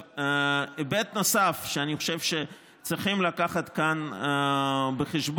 היבט נוסף שאני חושב שצריכים להביא כאן בחשבון